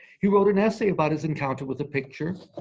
he wrote an essay about his encounter with the picture,